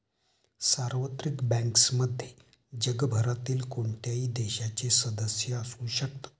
सार्वत्रिक बँक्समध्ये जगभरातील कोणत्याही देशाचे सदस्य असू शकतात